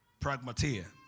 pragmatia